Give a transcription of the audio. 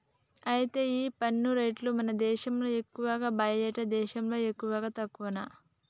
అయితే ఈ పన్ను రేట్లు మన దేశంలో ఎక్కువా బయటి దేశాల్లో ఎక్కువనా తక్కువనా